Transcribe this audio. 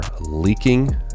leaking